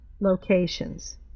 locations